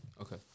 Okay